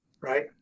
right